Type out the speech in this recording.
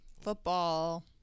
Football